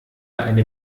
eine